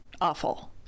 awful